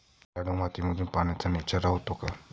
शाडू मातीमध्ये पाण्याचा निचरा होतो का?